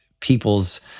people's